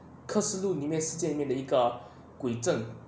克士路里面世界里面的一个鬼镇